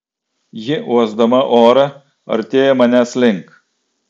ji uosdama orą artėja manęs link